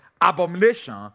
abomination